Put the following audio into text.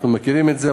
אנחנו מכירים את זה.